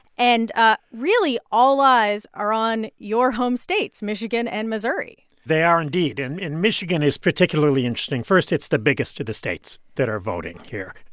and ah really, all eyes are on your home states, michigan and missouri they are indeed. and and michigan is particularly interesting. first, it's the biggest of the states that are voting here.